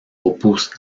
opus